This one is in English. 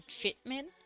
treatment